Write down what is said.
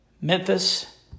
Memphis